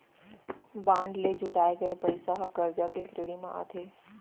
bond ले जुटाए गये पइसा ह करजा के श्रेणी म आथे